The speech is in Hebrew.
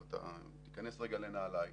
אם תיכנס רגע לנעליי,